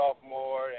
sophomore